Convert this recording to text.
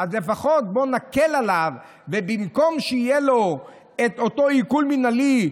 אז לפחות בואו נקל עליו ובמקום שיהיה לו אותו עיקול מינהלי,